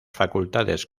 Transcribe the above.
facultades